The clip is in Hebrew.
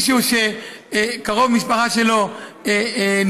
מישהו שקרוב משפחה שלו נפטר,